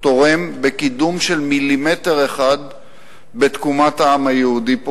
תורם לקידום של מילימטר אחד בתקומת העם היהודי פה,